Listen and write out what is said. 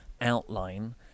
outline